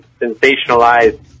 sensationalized